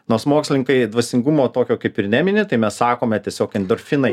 nors mokslininkai dvasingumo tokio kaip ir nemini tai mes sakome tiesiog endorfinai